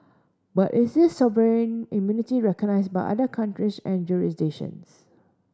but is this sovereign immunity recognised by other countries and jurisdictions